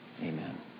Amen